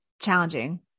challenging